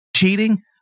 cheating